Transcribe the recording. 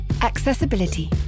Accessibility